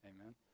Amen